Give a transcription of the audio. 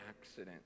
accident